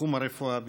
בתחום הרפואה בישראל.